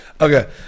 Okay